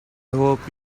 hope